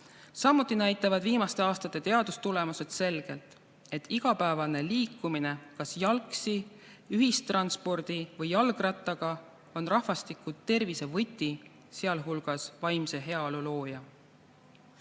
Samuti näitavad viimaste aastate teadustulemused selgelt, et igapäevane liikumine kas jalgsi, ühistranspordi või jalgrattaga on rahva tervise võti, sealhulgas vaimse heaolu looja.